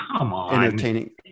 entertaining